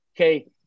Okay